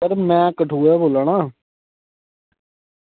sir में कठुआ दा बोल्ला ना